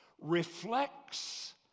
reflects